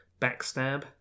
backstab